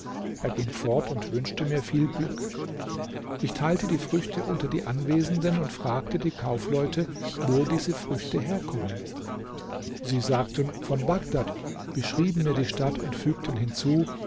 er ging fort und wünschte mir viel glück ich teilte die früchte unter die anwesenden und fragte die kaufleute wo diese früchte herkommen sie sagten von bagdad beschrieben mir die stadt und fügten hinzu